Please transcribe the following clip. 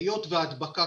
היות שההדבקה,